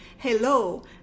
Hello